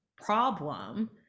problem